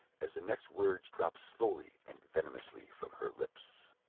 as the next words dropped slowly and venomously from her lips.